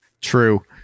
True